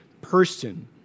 person